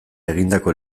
egindako